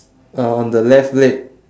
uh on the left leg